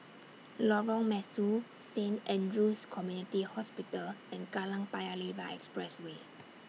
Lorong Mesu Saint Andrew's Community Hospital and Kallang Paya Lebar Expressway